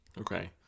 Okay